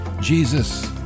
Jesus